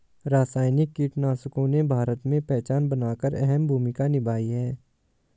रासायनिक कीटनाशकों ने भारत में पहचान बनाकर अहम भूमिका निभाई है